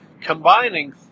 Combining